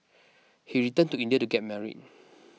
he returned to India to get married